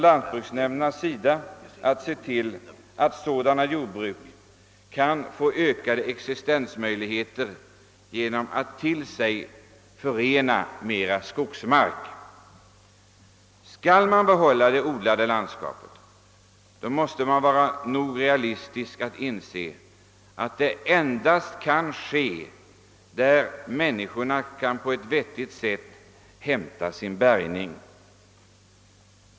Lantbruksnämnderna kan också se till att sådana jordbruk får ökade exi stensmöjligheter genom att till sina ägor lägga mera skogsmark. Skall man vidmakthålla det odlade landskapet, måste man vara nog realistisk att inse att detta endast kan ske där människorna på ett vettigt sätt kan hämta sin bärgning.